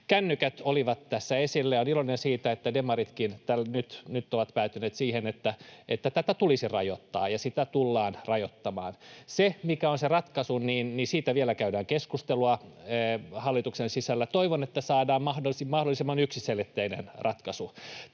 Kännykät olivat tässä esillä, ja olen iloinen siitä, että demaritkin täällä nyt ovat päätyneet siihen, että tätä tulisi rajoittaa, ja sitä tullaan rajoittamaan. Siitä, mikä on se ratkaisu, vielä käydään keskustelua hallituksen sisällä. Toivon, että saadaan mahdollisimman yksiselitteinen ratkaisu.